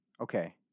okay